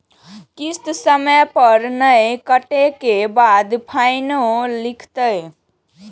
किस्त समय पर नय कटै के बाद फाइनो लिखते?